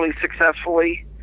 successfully